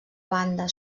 banda